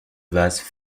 vase